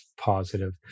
positive